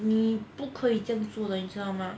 你不可以这样做的你知道吗